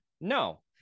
no